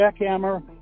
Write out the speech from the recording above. jackhammer